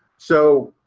so,